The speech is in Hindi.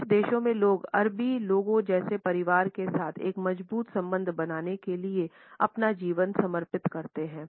कुछ देशों में लोग अरबी लोगों जैसे परिवार के साथ एक मजबूत संबंध बनाने के लिए अपना जीवन समर्पित करते हैं